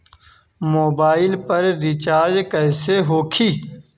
Mobile पर recharge कैसे होखी?